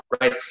right